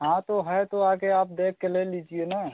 हाँ तो है तो आकर आप देख के ले लीजिए ना